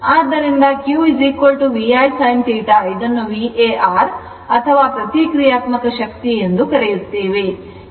ಆದ್ದರಿಂದ Q VI sin θ ಇದನ್ನು VAR ಅಥವಾ ಪ್ರತಿಕ್ರಿಯಾತ್ಮಕ ಶಕ್ತಿ ಎಂದು ಕರೆ ಕರೆಯುತ್ತೇವೆ